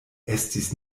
estis